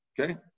Okay